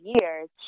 years